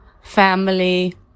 family